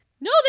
No